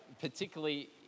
particularly